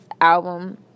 album